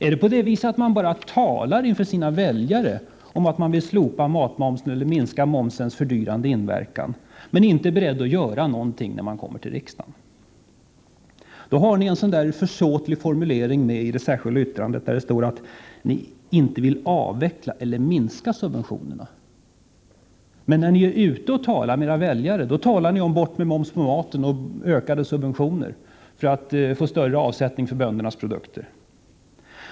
Är det så att man bara talar inför sina väljare om att man vill slopa matmomsen eller minska momsens fördyrande inverkan, men inte är beredd att göra någonting när man kommer till riksdagen? Ni har en försåtlig formulering med i det särskilda yttrandet. Det står att ni inte vill avveckla eller minska subventionerna. Men när ni är ute och talar med era väljare talar ni om borttagande av momsen på maten och ökade subventioner för att man skall få större avsättning för böndernas produkter.